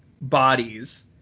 bodies